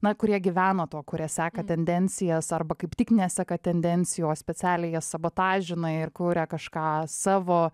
na kurie gyvena tuo kurie seka tendencijas arba kaip tik neseka tendencijų o specialiai jas sabotažine ir kuria kažką savo